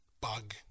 bug